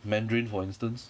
mandarin for instance